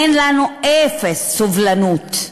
אין לנו, אפס סובלנות,